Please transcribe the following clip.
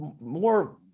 more